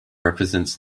represents